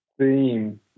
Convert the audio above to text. theme